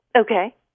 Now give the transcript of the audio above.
Okay